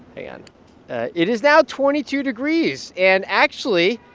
and it is now twenty two degrees. and, actually,